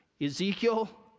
Ezekiel